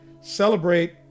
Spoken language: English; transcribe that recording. celebrate